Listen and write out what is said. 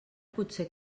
potser